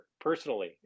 personally